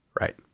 right